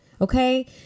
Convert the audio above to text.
okay